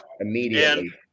Immediately